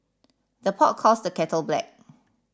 the pot calls the kettle black